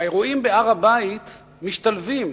האירועים בהר-הבית משתלבים